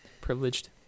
privileged